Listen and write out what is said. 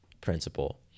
principle